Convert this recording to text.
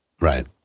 Right